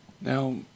Now